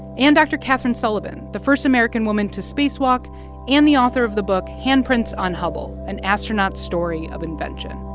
and dr. kathryn sullivan, the first american woman to spacewalk and the author of the book handprints on hubble an astronaut's story of invention.